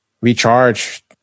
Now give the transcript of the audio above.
Recharge